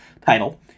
title